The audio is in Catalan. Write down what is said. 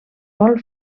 vol